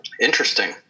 Interesting